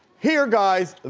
here, guys.